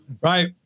Right